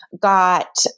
got